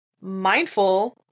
mindful